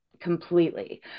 Completely